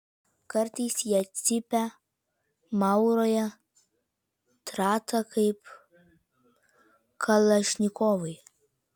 kartais jie cypia mauroja trata kaip kalašnikovai